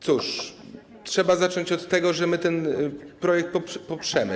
Cóż, trzeba zacząć od tego, że ten projekt poprzemy.